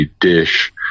dish